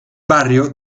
barrio